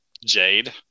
Jade